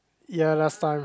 ya last time